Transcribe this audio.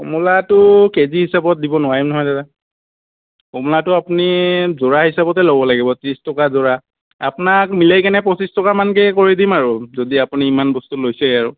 কমলাটো কেজি হিচাপত দিব নোৱাৰিম নহয় দাদা কমলাটো আপুনি যোৰা হিচাপতে ল'ব লাগিব ত্ৰিছ টকা যোৰা আপোনাক মিলাইকিনে পঁচিছ টকা মানকৈ কৰি দিম আৰু যদি আপুনি ইমান বস্তু লৈছেই আৰু